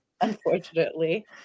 unfortunately